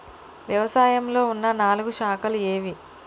వ్యవసాయంలో ఉన్న నాలుగు శాఖలు ఏవి?